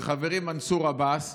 חברי מנסור עבאס,